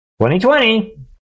2020